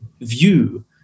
view